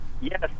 Yes